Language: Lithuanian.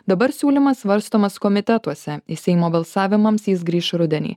dabar siūlymas svarstomas komitetuose į seimo balsavimams jis grįš rudenį